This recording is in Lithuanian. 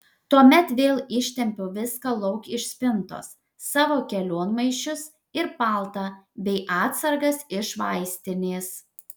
tuomet vėl ištempiau viską lauk iš spintos savo kelionmaišius ir paltą bei atsargas iš vaistinės